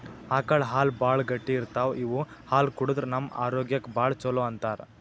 ಆಕಳ್ ಹಾಲ್ ಭಾಳ್ ಗಟ್ಟಿ ಇರ್ತವ್ ಇವ್ ಹಾಲ್ ಕುಡದ್ರ್ ನಮ್ ಆರೋಗ್ಯಕ್ಕ್ ಭಾಳ್ ಛಲೋ ಅಂತಾರ್